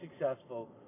successful